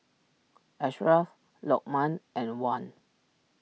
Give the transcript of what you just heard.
Ashraf Lokman and Wan